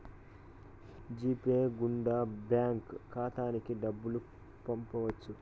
G Pay గుండా bank ఖాతాకి డబ్బులు పంపొచ్చు